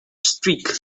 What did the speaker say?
streak